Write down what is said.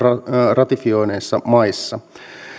ratifioineissa maissa